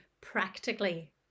practically